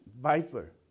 viper